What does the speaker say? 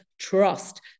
Trust